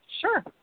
Sure